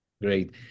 Great